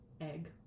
egg